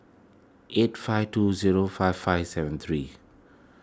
eight five two zero five five seven three